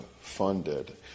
funded